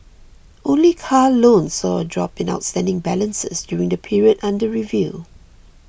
only car loans saw a drop in outstanding balances during the period under review